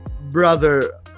brother